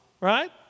right